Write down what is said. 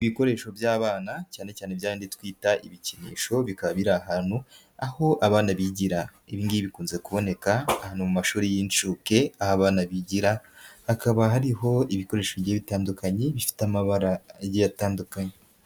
Ibikoresho by'abana cyane cyane bya bindi twita ibikinisho. Bikaba biri ahantu aho abana bigira, ibi ngibi bikunze kuboneka ahantu mu mashuri y'inshuke aho abana bigira, hakaba hariho ibikoresho bitandukanye, bifite amabara agiye atandukanye.